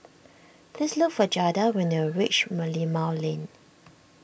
please look for Jada when you reach Merlimau Lane